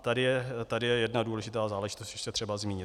Tady je jedna důležitá záležitost ještě třeba zmínit.